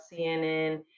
CNN